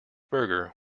burger